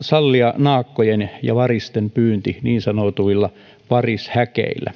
sallia naakkojen ja varisten pyynti niin sanotuilla varishäkeillä